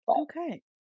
Okay